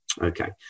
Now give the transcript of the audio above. Okay